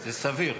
זה סביר.